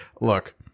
look